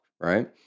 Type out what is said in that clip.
right